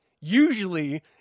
Usually